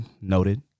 noted